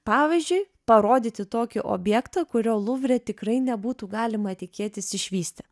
pavyzdžiui parodyti tokį objektą kurio luvre tikrai nebūtų galima tikėtis išvysti